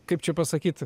kaip čia pasakyti